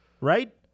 right